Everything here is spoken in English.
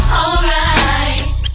alright